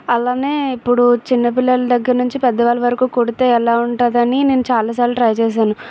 అలాగే ఇప్పుడు చిన్నపిల్లల దగ్గర నుంచి పెద్దవాళ్ళ వరకు కుడితే ఎలా ఉంటుంది అని నేను చాలాసార్లు ట్రై చేశాను